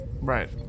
Right